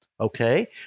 Okay